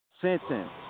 sentence